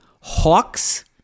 Hawks